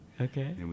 Okay